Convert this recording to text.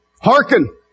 hearken